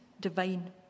divine